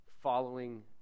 following